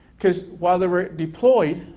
cause while they were deployed,